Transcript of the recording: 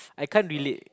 I can't relate